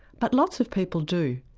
but lots of people do.